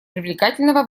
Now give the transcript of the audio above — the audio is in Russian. привлекательного